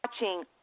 watching